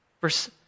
Verse